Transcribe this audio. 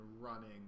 running